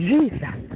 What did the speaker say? Jesus